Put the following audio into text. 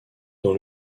dans